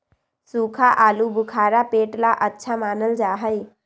सूखा आलूबुखारा पेट ला अच्छा मानल जा हई